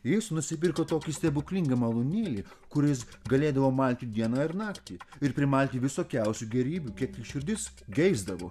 jis nusipirko tokį stebuklingą malūnėlį kuris galėdavo malti dieną ir naktį ir primalti visokiausių gėrybių kiek tik širdis geisdavo